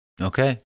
Okay